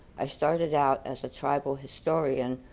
i started out as a tribal historian.